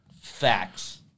Facts